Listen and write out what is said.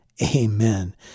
Amen